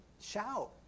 shout